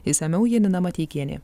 išsamiau janina mateikienė